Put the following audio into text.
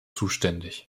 zuständig